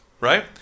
right